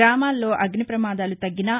గ్రామాల్లో అగ్నిపమాదాలు తగ్గినా